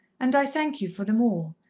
and i thank you for them all,